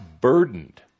burdened